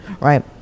Right